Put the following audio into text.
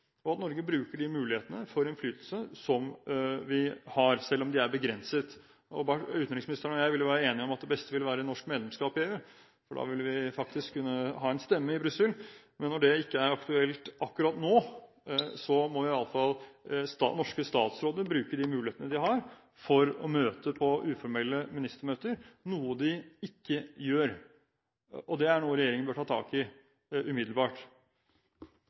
og at Norge bruker de mulighetene for innflytelse som vi har, selv om det er begrenset. Utenriksministeren og jeg vil jo være enige om at det beste vil være norsk medlemskap i EU, for da ville vi faktisk kunne ha en stemme i Brussel, men når det ikke er aktuelt akkurat nå, må iallfall norske statsråder bruke de mulighetene de har for å møte på uformelle ministermøter, noe de ikke gjør. Det er noe regjeringen bør ta tak i umiddelbart.